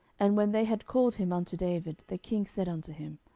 and when they had called him unto david, the king said unto him,